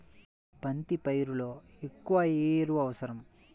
బంతి పైరులో ఎక్కువ ఎరువు ఏది అవసరం?